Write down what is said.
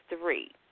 three